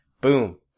Boom